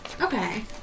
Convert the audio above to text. Okay